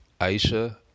Aisha